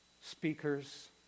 speakers